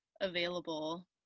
available